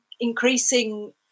increasing